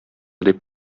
дип